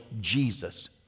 Jesus